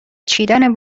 چیدن